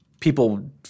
people